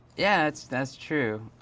yeah, that's that's true.